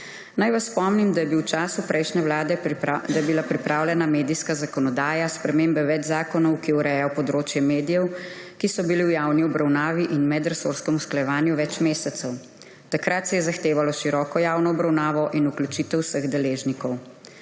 Naj vas spomnim, da je bila v času prejšnje vlade pripravljena medijska zakonodaja, spremembe več zakonov, ki urejajo področje medijev, ki so bili v javni obravnavi in medresorskem usklajevanju več mesecev. Takrat se je zahtevalo široko javno obravnavo in vključitev vseh deležnikov.